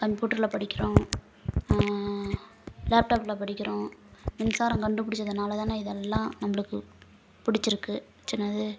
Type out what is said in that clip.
கம்ப்யூட்டரில் படிக்கிறோம் லேப்டாப்பில் படிக்கிறோம் மின்சாரம் கண்டுபிடிச்சதுனால தான் இதல்லாம் நம்மளுக்கு பிடிச்சிருக்கு சின்னது